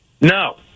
No